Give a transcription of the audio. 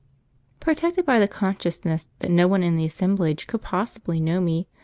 protected by the consciousness that no one in the assemblage could possibly know me,